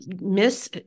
miss